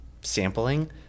sampling